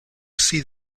see